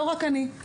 לא רק אני,